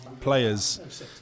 players